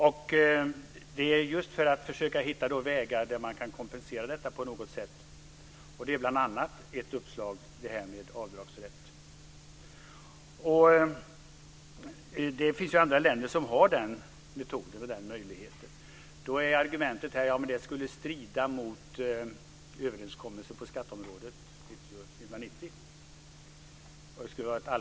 Uppslaget om avdragsrätt för gåvor är ett sätt att försöka hitta vägar för att kompensera förlusten. Det finns andra länder som har den metoden. Då är argumentet här att detta skulle strida mot överenskommelsen från 1990 på skatteområdet.